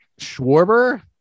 Schwarber